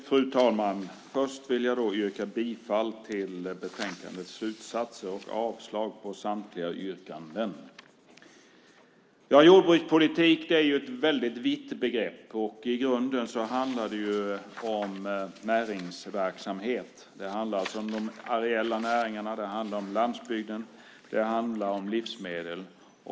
Fru talman! Först vill jag yrka bifall till utskottets förslag och avslag på samtliga motionsyrkanden. Jordbrukspolitik är ett väldigt viktigt begrepp. I grunden handlar det om näringsverksamhet. Det handlar om de areella näringarna, om landsbygden och om livsmedel.